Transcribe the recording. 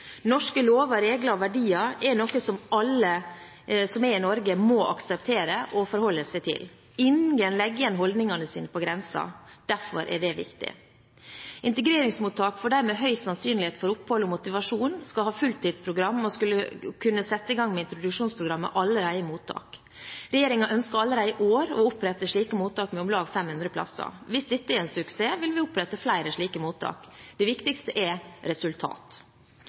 Norske lover, regler og verdier er noe som alle som er i Norge, må akseptere og forholde seg til. Ingen legger igjen holdningene sine på grensen. Derfor er det viktig. Integreringsmottak for dem med høy sannsynlighet for opphold og motivasjon skal ha fulltidsprogram og skal kunne sette i gang med introduksjonsprogrammet allerede i mottak. Regjeringen ønsker allerede i år å opprette slike mottak med om lag 500 plasser. Hvis dette er en suksess, vil vi opprette flere slike mottak. Det viktigste er resultat.